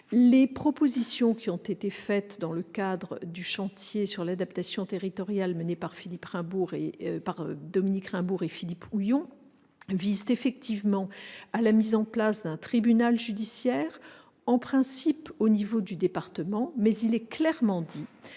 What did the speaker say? Les propositions formulées dans le cadre du chantier sur l'adaptation territoriale mené par Dominique Raimbourg et Philippe Houillon visent effectivement à la mise en place d'un tribunal judiciaire en principe au niveau départemental. Il est cependant